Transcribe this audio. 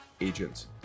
agents